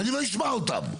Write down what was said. ואני לא אשמע אותם.